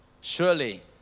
Surely